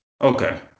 Okay